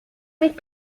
nicht